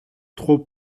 trop